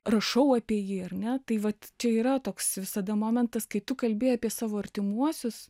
rašau apie jį ar ne tai vat čia yra toks visada momentas kai tu kalbi apie savo artimuosius